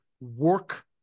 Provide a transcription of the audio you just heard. work